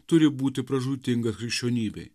turi būti pražūtinga krikščionybei